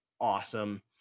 awesome